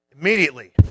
immediately